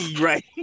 Right